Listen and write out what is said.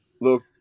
look